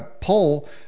poll